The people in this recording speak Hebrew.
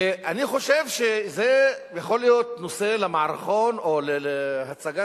ואני חושב שזה יכול להיות נושא למערכון או להצגת